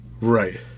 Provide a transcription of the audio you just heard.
Right